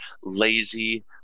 lazy